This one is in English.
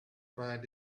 find